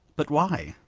but why?